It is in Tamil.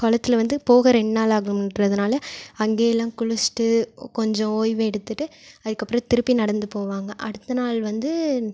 குளத்துல வந்து போக ரெண்டு நாள் ஆகுன்றதுனால அங்கே எல்லாம் குளிச்சுட்டு கொஞ்சம் ஓய்வெடுத்துட்டு அதுக்கப்புறம் திருப்பி நடந்து போவாங்க அடுத்த நாள் வந்து